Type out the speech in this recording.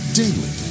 daily